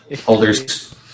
holders